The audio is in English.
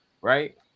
right